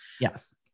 Yes